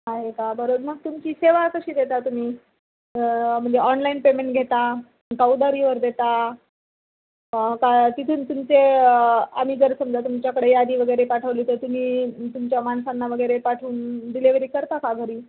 आहे का बरं मग तुमची सेवा कशी देता तुम्ही म्हणजे ऑनलाईन पेमेंट घेता का उधारीवर देता का तिथून तुमचे आम्ही जर समजा तुमच्याकडे यादी वगैरे पाठवली तर तुम्ही तुमच्या माणसांना वगैरे पाठवून डिलेवरी करता का घरी